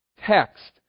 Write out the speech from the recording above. text